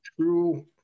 true